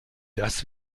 das